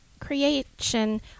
Creation